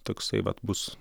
toksai vat bus